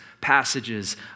passages